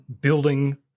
building